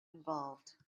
involved